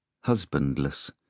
husbandless